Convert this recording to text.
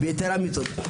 יתרה מזאת,